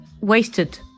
wasted